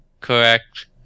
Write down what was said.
Correct